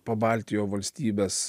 pabaltijo valstybes